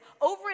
Over